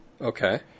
Okay